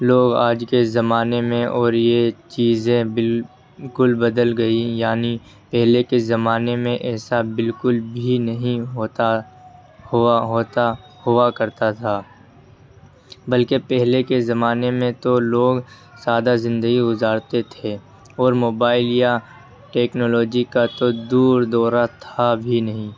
لوگ آج کے زمانے میں اور یہ چیزیں بالکل بدل گئی یعنی پہلے کے زمانے میں ایسا بالکل بھی نہیں ہوتا ہوا ہوتا ہوا کرتا تھا بلکہ پہلے کے زمانے میں تو لوگ سادہ زندگی گزارتے تھے اور موبائل یا ٹیکنولوجی کا تو دور دورہ تھا بھی نہیں